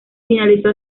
finalizó